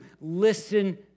listen